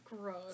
Gross